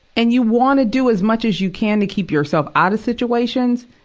and you wanna do as much as you can to keep yourself out of situations,